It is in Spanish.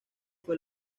fue